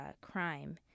crime